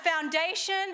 foundation